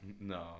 no